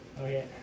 Okay